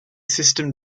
system